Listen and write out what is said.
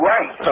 Right